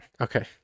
Okay